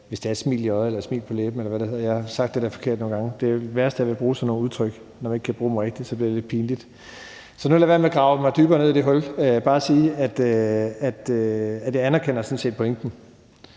hvis det er et smil i øjet og ikke et smil på læben; jeg har sagt det forkert nogle gange. Det værste ved at bruge sådan nogle udtryk, når man ikke kan bruge dem rigtigt, er, at det bliver lidt pinligt. Så nu vil jeg lade være med at grave mig dybere ned i det hul, men bare sige, at jeg sådan set anerkender pointen